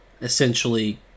essentially